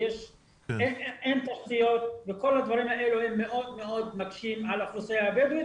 אין תשתיות וכל הדברים האלה הם מאוד מאוד מקשים על האוכלוסייה הבדואית,